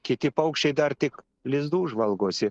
kiti paukščiai dar tik lizdų žvalgosi